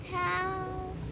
help